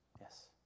Yes